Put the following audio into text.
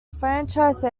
franchise